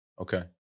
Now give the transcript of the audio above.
Okay